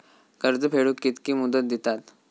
कर्ज फेडूक कित्की मुदत दितात?